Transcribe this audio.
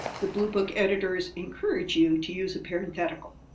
the bluebook editors encourage you to use a parenthetical.